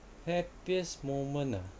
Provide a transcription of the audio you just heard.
happiest moment ah